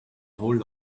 whole